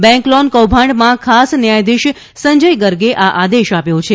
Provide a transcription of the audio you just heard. bank loan કૌભાંડમાં ખાસ ન્યાયાધીશ સંજય ગર્ગે આ આદેશ આપ્યો છે